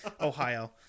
Ohio